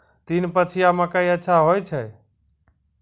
तीन पछिया मकई अच्छा होय छै?